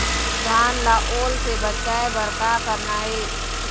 धान ला ओल से बचाए बर का करना ये?